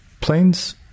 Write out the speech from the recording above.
Planes